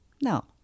no